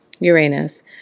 Uranus